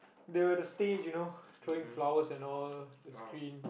they were the stage you know throwing flowers and all the screen